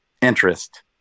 interest